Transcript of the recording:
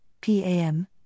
PAM